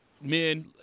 men